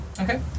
Okay